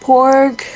Pork